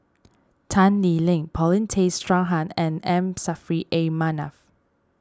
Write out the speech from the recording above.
Tan Lee Leng Paulin Tay Straughan and M Saffri A Manaf